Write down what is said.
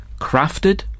crafted